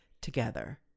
together